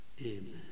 Amen